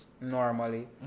normally